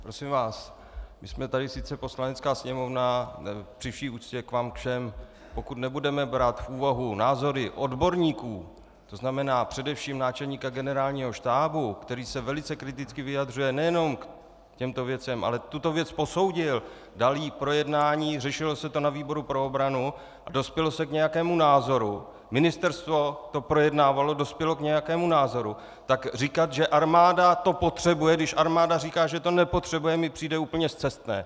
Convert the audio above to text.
Prosím vás, my jsme tady sice Poslanecká sněmovna, při vší úctě k vám všem, pokud nebudeme brát v úvahu názory odborníků, tzn. především náčelníka Generálního štábu, který se velice kriticky vyjadřuje nejenom k těmto věcem, ale tuto věc posoudil, dal ji k projednání, řešilo se to na výboru pro obranu a dospělo se k nějakému názoru, ministerstvo to projednávalo, dospělo k nějakému názoru, tak říkat, že armáda to potřebuje, když armáda říká, že to nepotřebuje, mi přijde úplně scestné!